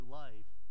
life